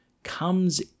comes